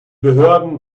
behörden